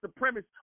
supremacist